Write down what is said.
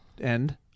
end